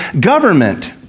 government